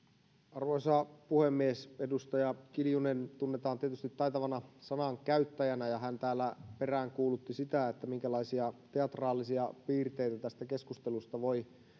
arvoisa puhemies edustaja kiljunen tunnetaan tietysti taitavana sanankäyttäjänä ja hän täällä peräänkuulutti sitä minkälaisia teatraalisia piirteitä tästä keskustelusta voi